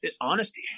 honesty